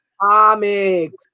comics